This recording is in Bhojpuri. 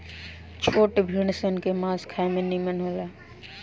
छोट भेड़ सन के मांस खाए में निमन होला